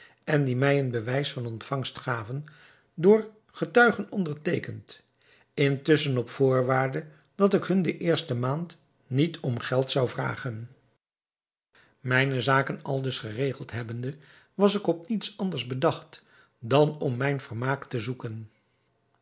en die mij een bewijs van ontvangst gaven door getuigen onderteekend intusschen op voorwaarde dat ik hun de eerste maand niet om geld zou vragen mijne zaken dus geregeld hebbende was ik op niets anders bedacht dan om mijn vermaak te zoeken